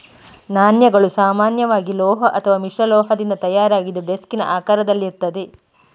ನಾಣ್ಯಗಳು ಸಾಮಾನ್ಯವಾಗಿ ಲೋಹ ಅಥವಾ ಮಿಶ್ರಲೋಹದಿಂದ ತಯಾರಾಗಿದ್ದು ಡಿಸ್ಕಿನ ಆಕಾರದಲ್ಲಿರ್ತದೆ